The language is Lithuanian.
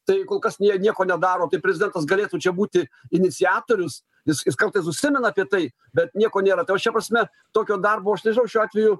tai kol kas nie nieko nedaro tai prezidentas galėtų čia būti iniciatorius jis jis kartais užsimena apie tai bet nieko nėra tai va šia prasme tokio darbo aš nežinau šiuo atveju